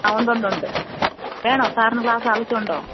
ആ ഉണ്ട് ഉണ്ട് ഉണ്ട് വേണോ സാറിന് ക്ലാസ്സ് ആവശ്യം ഉണ്ടോ